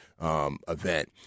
event